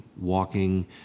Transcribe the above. walking